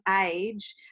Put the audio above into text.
age